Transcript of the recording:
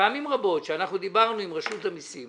פעמים רבות עת דיברנו עם רשות המיסים,